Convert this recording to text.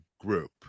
group